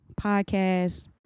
podcast